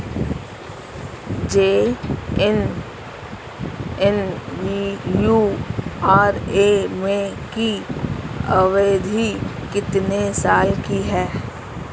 JNNURM की अवधि कितने साल की है?